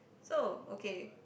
so okay